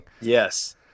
Yes